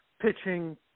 Pitching